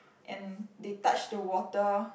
and they touch the water